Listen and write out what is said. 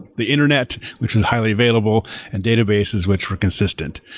the internet, which is highly available and databases, which were consistent,